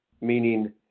meaning